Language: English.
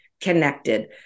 connected